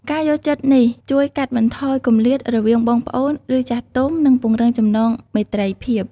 ការយល់ចិត្តនេះជួយកាត់បន្ថយគម្លាតរវាងបងប្អូន ឬចាស់ទុំ និងពង្រឹងចំណងមេត្រីភាព។